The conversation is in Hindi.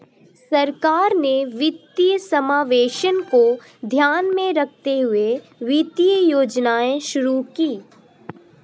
सरकार ने वित्तीय समावेशन को ध्यान में रखते हुए वित्तीय योजनाएं शुरू कीं